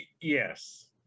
Yes